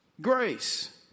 grace